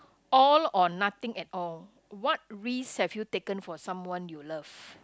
all or nothing at all what risk have you taken for someone you love